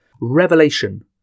Revelation